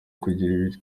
kugira